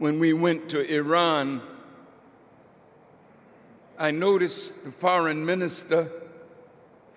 when we went to iran i notice foreign minister